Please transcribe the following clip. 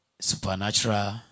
Supernatural